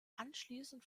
anschließend